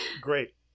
Great